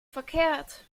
verkehrt